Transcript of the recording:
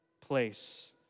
place